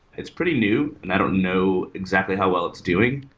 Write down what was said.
it's pretty new, and i don't know exactly how well it's doing,